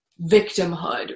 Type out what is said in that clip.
victimhood